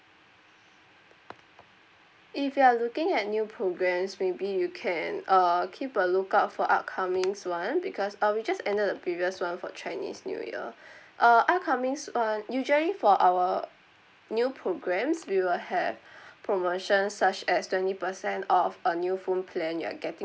if you are looking at new programs maybe you can uh keep a lookout for upcoming one because uh we just ended the previous one for chinese new year uh upcoming ones usually for our new programs we will have promotions such as twenty percent off a new phone plan you are getting